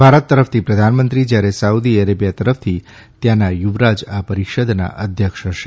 ભારત તરફથી પ્રધાનમંત્રી જ્યારે સાઉદી અરેબિયા તરફથી ત્યાંના યુવરાજ આ પરિષદના અધ્યક્ષ હશે